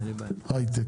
בישראל.